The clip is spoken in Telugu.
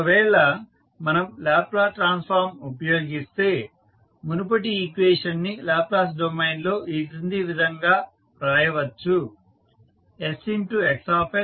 ఒకవేళ మనం లాప్లాస్ ట్రాన్స్ఫార్మ్ ఉపయోగిస్తే మునుపటి ఈక్వేషన్ ని లాప్లాస్ డొమైన్ లో ఈ కింది విధంగా రాయవచ్చు